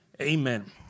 amen